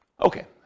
okay